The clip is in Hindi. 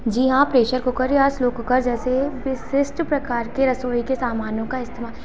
जी हाँ प्रेशर कुकर या स्लो कूकर जैसे विशिष्ट प्रकार के रसोई के सामानों का इस्तेमाल